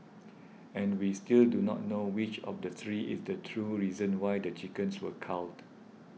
and we still do not know which of the three is the true reason why the chickens were culled